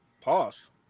Pause